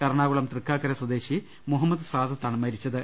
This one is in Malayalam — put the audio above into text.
എറണാകുളം തൃക്കാക്കര സ്വദേശി മുഹ മ്മദ് സാദത്താണ് മരിച്ചത്